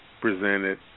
presented